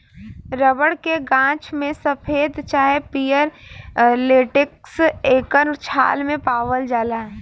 rubber के गाछ में सफ़ेद चाहे पियर लेटेक्स एकर छाल मे पावाल जाला